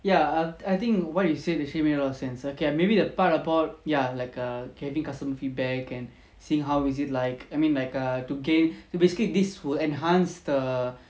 ya I I think what you said actually made a lot of sense okay maybe the part about ya like err having customer feedback and seeing how is it like I mean like a to gain so basically this will enhance the